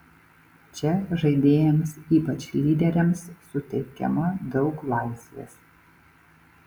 čia žaidėjams ypač lyderiams suteikiama daug laisvės